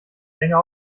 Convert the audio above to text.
länger